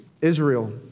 Israel